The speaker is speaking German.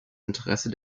interesse